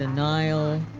denial,